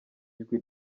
ijwi